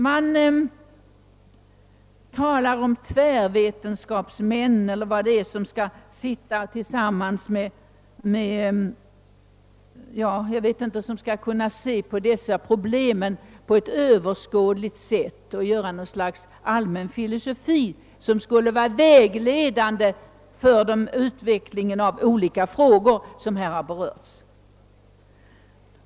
Man talar där om »tvärvetenskapsmän» eller något sådant, som skall se på dessa problem på ett överskådligt sätt och medelst något slags allmän filosofi vägleda utvecklingen beträffande de olika frågor som har berörts.